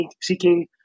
seeking